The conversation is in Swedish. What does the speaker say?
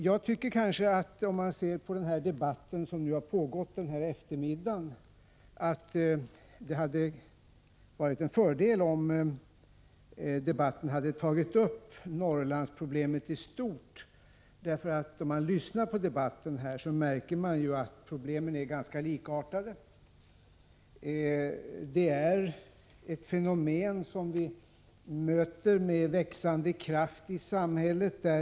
Jag tycker att det hade varit en fördel om den debatt som har pågått denna eftermiddag hade tagit upp Norrlandsproblemen i stort. För om man lyssnar på debatten märker man att problemen är ganska likartade. Det är ett fenomen med växande kraft som vi möter i samhället.